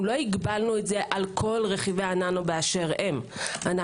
אנחנו לא הגבלנו את זה על כל רכיבי הננו באשר הם אלא